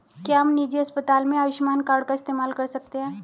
क्या हम निजी अस्पताल में आयुष्मान कार्ड का इस्तेमाल कर सकते हैं?